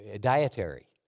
dietary